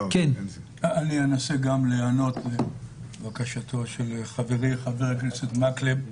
אני אנסה להיענות לבקשתו של חברי חבר הכנסת מקלב.